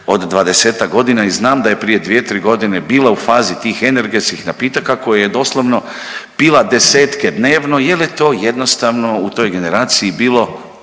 od 20-tak godina i znam da je prije 2-3.g. bila u fazi tih energetskih napitaka koje je doslovno pila 10-tke dnevno jel je to jednostavno u toj generaciji bilo